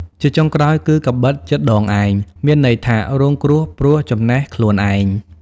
ជាចុងក្រោយគឺ កាំបិតចិតដងឯង មានន័យថា រងគ្រោះព្រោះចំណេះខ្លួនឯង ។